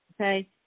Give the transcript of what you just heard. Okay